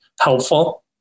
helpful